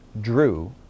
drew